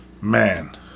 man